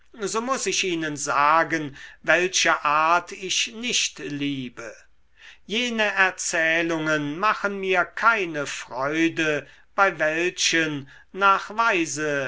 so muß ich ihnen sagen welche art ich nicht liebe jene erzählungen machen mir keine freude bei welchen